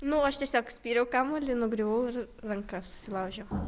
nu aš tiesiog spyriau kamuolį nugriuvau ir ranką susilaužiau